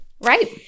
Right